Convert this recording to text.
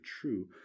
true